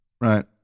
right